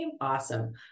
Awesome